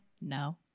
No